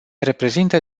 reprezintă